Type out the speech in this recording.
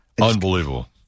unbelievable